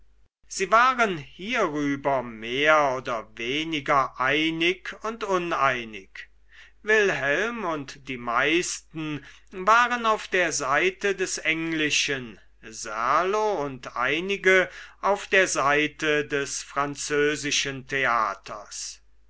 sie waren hierüber mehr oder weniger einig und uneinig wilhelm und die meisten waren auf der seite des englischen serlo und einige auf der seite des französischen theaters